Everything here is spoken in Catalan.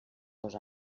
dos